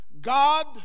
God